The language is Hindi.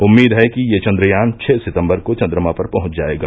उम्मीद है कि ये चन्द्रयान छः सितम्बर को चन्द्रमा पर पहुंच जाएगा